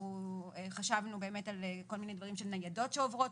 אנחנו חשבנו על כל מיני דברים של ניידות שעוברות